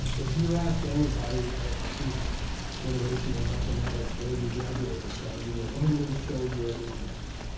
if you ask anybody of his generation in mathematics where you graduated from, you will only show your ignorance.